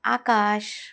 आकाश